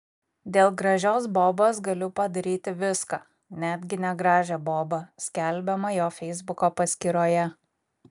dėl gražios bobos galiu padaryti viską netgi negražią bobą skelbiama jo feisbuko paskyroje